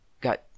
got